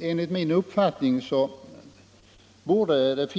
Enligt min uppfattning borde det